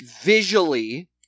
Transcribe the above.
visually